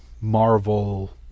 Marvel